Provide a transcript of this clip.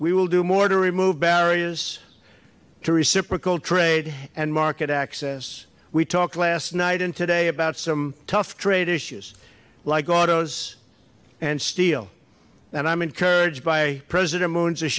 we will do more to remove barriers to reciprocal trade and market access we talked last night and today about some tough trade issues like autos and steel and i'm encouraged by president moon's